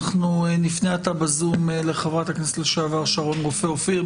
נפנה עתה בזום לחברת הכנסת לשעבר שרון רופא אופיר,